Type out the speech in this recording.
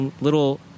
Little